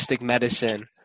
medicine